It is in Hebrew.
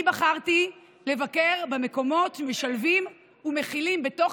אני בחרתי לבקר במקומות שמשלבים ומכילים בתוך